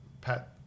Pat